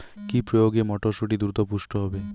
কি প্রয়োগে মটরসুটি দ্রুত পুষ্ট হবে?